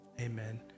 Amen